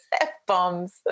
F-bombs